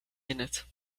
minute